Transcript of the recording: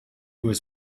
was